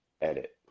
edit